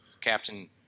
Captain